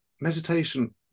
meditation